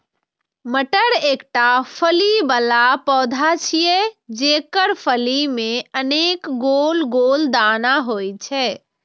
मटर एकटा फली बला पौधा छियै, जेकर फली मे अनेक गोल गोल दाना होइ छै